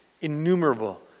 innumerable